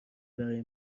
برای